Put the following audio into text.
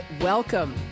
welcome